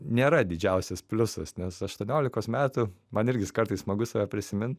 nėra didžiausias pliusas nes aštuoniolikos metų man irgi kartais smagu save prisimint